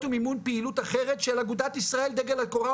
ומימון פעילות אחרת של אגודת ישראל דגל התורה,